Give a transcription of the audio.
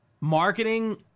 Marketing